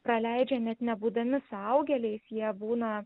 praleidžia net nebūdami suaugėliais jie būna